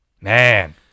man